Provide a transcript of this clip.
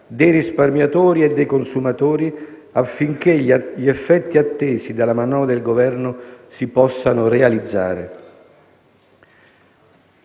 dei risparmiatori e dei consumatori, affinché gli effetti attesi dalla manovra del Governo si possano realizzare.